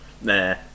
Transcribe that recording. Nah